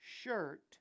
shirt